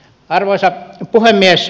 arvoisa puhemies